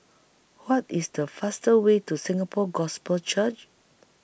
What IS The fastest Way to Singapore Gospel Church